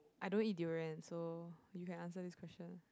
I don't eat durian so you can answer this question